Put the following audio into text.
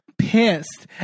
pissed